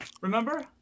remember